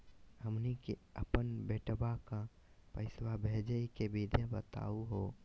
हमनी के अपन बेटवा क पैसवा भेजै के विधि बताहु हो?